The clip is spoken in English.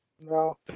No